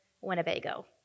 Winnebago